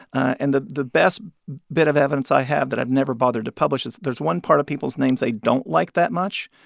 and the the best bit of evidence i have that i've never bothered to publish is, there's one part of people's names they don't like that much,